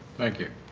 thank you.